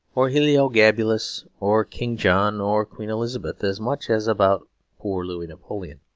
or heliogabalus, or king john, or queen elizabeth, as much as about poor louis napoleon